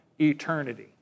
eternity